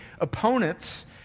opponents